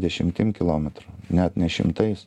dešimtim kilometrų net ne šimtais